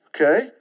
Okay